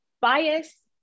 bias